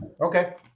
Okay